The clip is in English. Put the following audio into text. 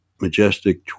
Majestic